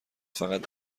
فقط